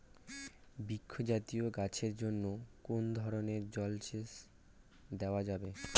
বৃক্ষ জাতীয় গাছের জন্য কোন ধরণের জল সেচ দেওয়া যাবে?